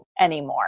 anymore